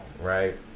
right